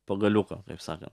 pagaliuko taip sakant